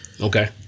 Okay